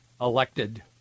elected